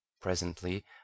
Presently